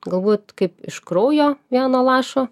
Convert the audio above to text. galbūt kaip iš kraujo vieno lašo